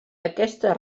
aquesta